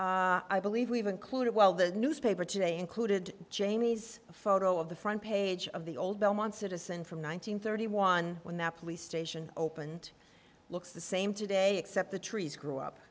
one i believe we've included well the newspaper today included jamie's photo of the front page of the old belmont citizen from one nine hundred thirty one when the police station opened looks the same today except the trees grew up